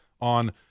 on –